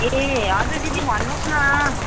ए हजुर दिदी भन्नुहोस् न